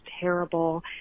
terrible